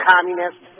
communists